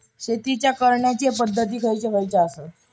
शेतीच्या करण्याचे पध्दती खैचे खैचे आसत?